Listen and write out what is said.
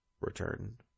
return